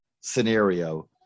scenario